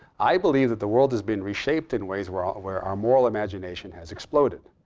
i believe that the world is being reshaped in ways where ah where our moral imagination has exploded.